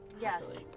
Yes